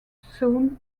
soon